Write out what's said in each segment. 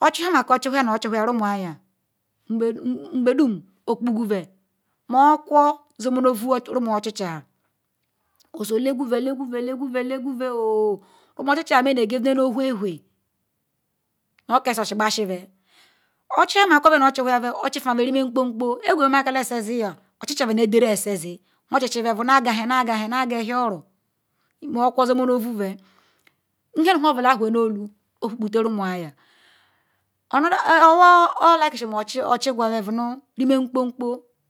ochichi chigu rumun nu pogidal ba abela oh whor ya edarizil ma yal nagal ohia ohia yanu akwan oro maka e kpal boivobal hannu monbola na ewhel nu olu okpogiden nam ru man ayan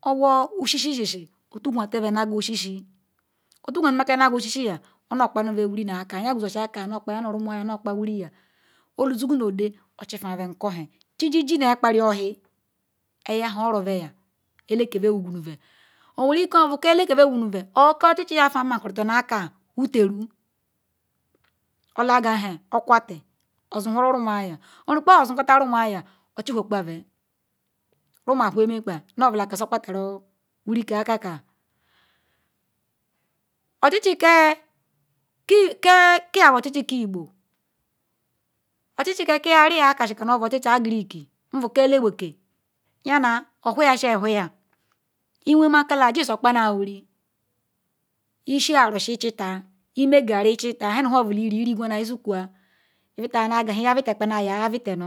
ya bu ochichi nu okuru masi rummon nkpa nu mkpon nkpon chiji belaji okuku rumu mayo oro owerikin obo oro be wotana or ke oji aker wotaru owenrun or ya akpadol rumuma benezin sakpa whoru wiri nu aker ba ki bo ochichi igbo ochi chi keni bu ke akasi ochichi beke yanal owhoi gal owhoyi jinal sa kpam wiri sul arusi ichital isul garri ichital